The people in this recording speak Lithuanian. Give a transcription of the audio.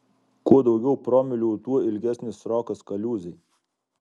kuo daugiau promilių tuo ilgesnis srokas kaliūzėj